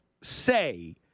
say